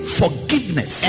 forgiveness